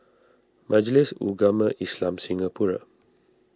Majlis Ugama Islam Singapura